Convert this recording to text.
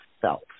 self